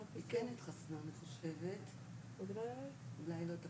אולי דווקא